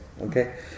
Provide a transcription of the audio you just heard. okay